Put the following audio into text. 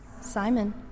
Simon